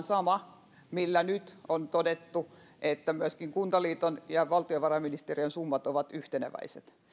sama millä nyt on todettu että myöskin kuntaliiton ja valtiovarainministeriön summat ovat yhteneväiset